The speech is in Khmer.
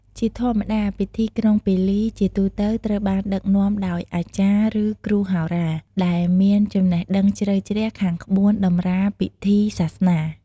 ជាធម្មតាពិធីក្រុងពាលីជាទូទៅត្រូវបានដឹកនាំដោយ អាចារ្យ ឬគ្រូហោរា ដែលមានចំណេះដឹងជ្រៅជ្រះខាងក្បួនតម្រាពិធីសាសនា។